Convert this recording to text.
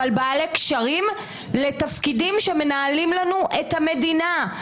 בעלי קשרים לתפקידים שמנהלים לנו את המדינה.